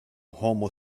homo